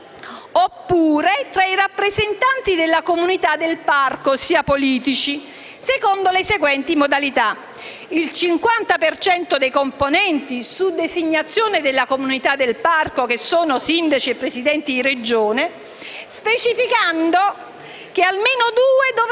oppure tra i rappresentanti della comunità del parco (ossia politici), secondo le seguenti modalità: il 50 per cento dei componenti su designazione della comunità del parco (sindaci e presidenti di Regione), specificando che almeno due dovranno